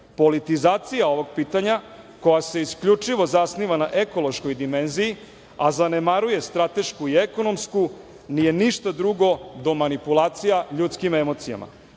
informacije. Politizacija ovog pitanja, koja se isključivo zasniva na ekološkoj dimenziji, a zanemaruje stratešku i ekonomsku, nije ništa drugo do manipulacija ljudskim emocijama.